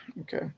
Okay